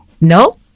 No